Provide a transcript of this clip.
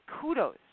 kudos